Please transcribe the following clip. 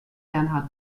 bernhard